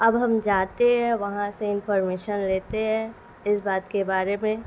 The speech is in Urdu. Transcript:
اب ہم جاتے ہیں وہاں سے انفارمیشن لیتے ہیں اس بات کے بارے میں